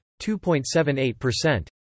2.78%